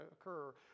occur